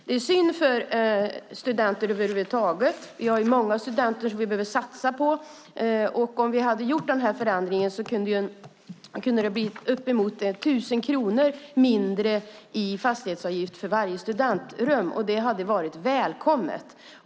Det är synd för studenternas skull över huvud taget. Vi har många studenter som vi behöver satsa på. Om vi hade gjort förändringen kunde det ha blivit uppemot 1 000 kronor mindre i fastighetsavgift för varje studentrum. Det hade varit välkommet.